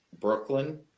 Brooklyn